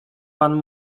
pan